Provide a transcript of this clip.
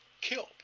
killed